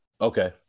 okay